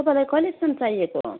तपाईँलाई कहिलेसम्म चाहिएको